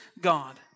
God